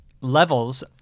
levels